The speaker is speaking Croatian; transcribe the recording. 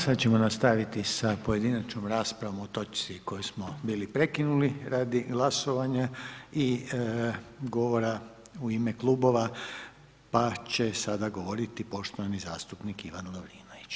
Sad ćemo nastaviti sa pojedinačnom raspravom o točci koju smo bili prekinuli radi glasovanja i govora u ime kluba pa će sada govoriti poštovani zastupnik Ivan Lovrinović.